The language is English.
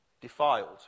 defiled